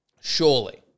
Surely